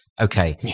okay